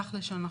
כך לשון החוק.